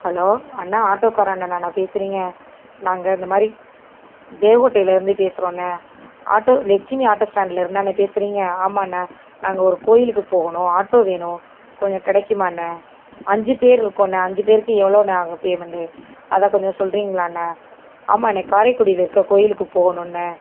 hello அண்ணா ஆட்டோக்கார அண்ணனா பேசறீங்க நாங்கள் இந்த மாதிரி தேவகோட்டையிலேருந்து பேசுறோம்ண்ண ஆட்டோ லெட்சுமி ஆட்டோ ஸ்டாண்ட்டிலேருந்தாண்ண பேசறீங்க ஆமாம்ண்ணா நாங்கள் ஒரு கோயிலுக்கு போகணும் ஆட்டோ வேணும் கொஞ்சம் கிடைக்குமாண்ண அஞ்சு பேர் இருக்கோம்ண்ண அஞ்சு பேருக்கு எவ்வளோண்ண ஆகும் பேமெண்ட்டு அதை கொஞ்சம் சொல்றீங்களாண்ண ஆமாம்ண்ணா காரைக்குடியில் இருக்கிற கோயிலுக்கு போகணும்ண்ண